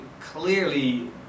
clearly